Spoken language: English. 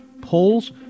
polls